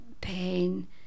pain